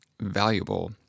Valuable